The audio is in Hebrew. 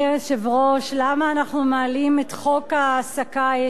למה אנחנו מעלים את חוק ההעסקה הישירה היום?